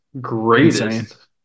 Greatest